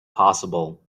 possible